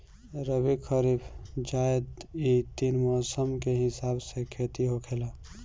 रबी, खरीफ, जायद इ तीन मौसम के हिसाब से खेती होखेला